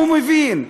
הוא מבין,